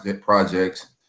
projects